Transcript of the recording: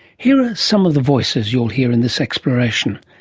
here are some of the voices you'll hear in this exploration.